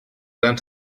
gran